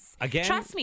Again